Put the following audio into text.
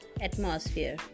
atmosphere